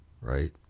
right